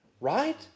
right